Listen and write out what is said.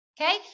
Okay